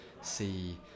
see